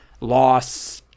loss